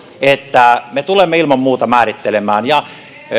että me tulemme ilman muuta määrittelemään ja